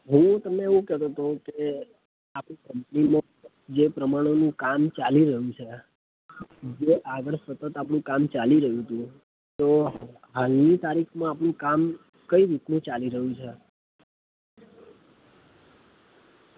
હું તમને એવું કહેતો હતો કે આપણી કંપનીમાં જે પ્રમાણેનું કામ ચાલી રહ્યું છે જે આગળ સતત આપણું કામ ચાલી રહ્યું હતું તો હાલની તારીખમાં આપણું કામ કઈ રીતનું ચાલી રહ્યું છે